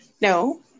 No